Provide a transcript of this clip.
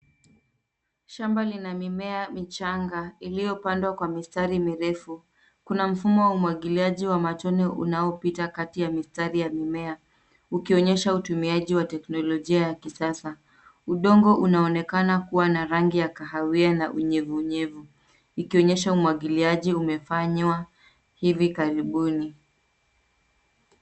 Shamba lina mimea michanga iliyopandwa kwa mistari mirefu. Kuna mfumo wa umwangiliaji wa matone unaopita kati ya mistari ya mimea ukionyesha utumiaji wa teknolojia ya kisasa. Udongo unaonekana kuwa na rangi ya kahawia na unyevunyevu ikionyesha umwangiliaji umefanywa hivi karibuni.